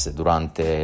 durante